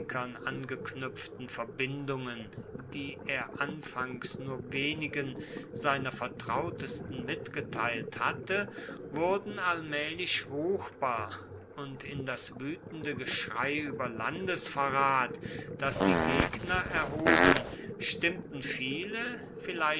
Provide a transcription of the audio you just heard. angeknüpften verbindungen die er anfangs nur wenigen seiner vertrautesten mitgeteilt hatte wurden allmählich ruchbar und in das wütende geschrei über landesverrat das die gegner erhoben stimmten viele